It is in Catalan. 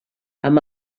amb